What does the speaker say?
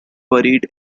buried